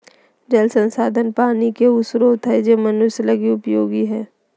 जल संसाधन पानी के उ स्रोत हइ जे मनुष्य लगी उपयोगी हइ